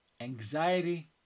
anxiety